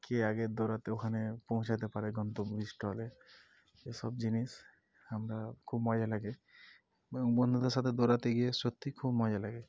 কে আগে দৌড়াতে ওখানে পৌঁছাতে পারে গন্তব্য স্থলে এসব জিনিস আমরা খুব মজা লাগে এবং বন্ধুদের সাথে দৌড়াতে গিয়ে সত্যিই খুব মজা লাগে